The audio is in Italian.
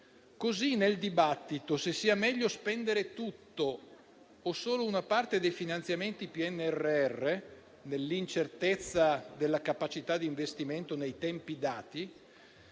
del dibattito se sia meglio spendere tutto o solo una parte dei finanziamenti del PNRR, nell'incertezza della capacità d'investimento nei tempi dati,